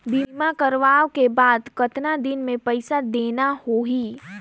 बीमा करवाओ के बाद कतना दिन मे पइसा देना हो ही?